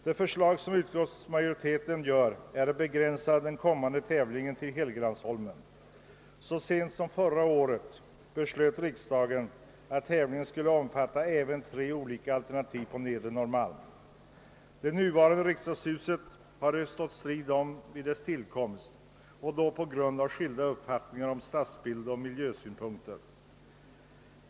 Det förslag som utskottsmajoriteten framlägger är att den kommande tävlingen skall begränsas till Helgeandsholmen. Så sent som förra året beslöt riksdagen att en tävling skulle omfatta även tre olika alternativ på Nedre Norrmalm. Det nuvarande riksdagshuset har det stått strid om vid dess tillkomst på grund av skilda uppfattningar om stadsbildsoch miljösynpunkter.